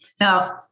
now